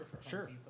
Sure